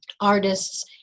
artists